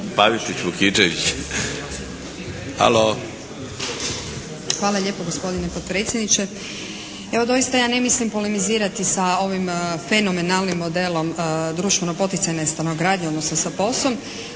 **Pavičić-Vukičević, Jelena (SDP)** Hvala lijepo gospodine potpredsjedniče. Evo doista ja ne mislim polemizirati sa ovim fenomenalnim modelom društveno poticajne stanogradnje, odnosno sa POS-om,